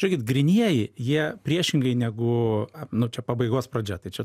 žiekit grynieji jie priešingai negu nu čia pabaigos pradžia tai čia